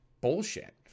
bullshit